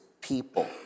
people